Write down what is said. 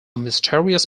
mysterious